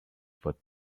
for